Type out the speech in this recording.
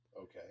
Okay